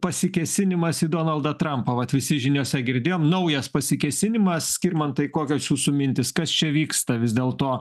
pasikėsinimas į donaldą trampą vat visi žiniose girdėjom naujas pasikėsinimas skirmantai kokios jūsų mintys kas čia vyksta vis dėl to